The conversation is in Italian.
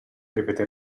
ripeté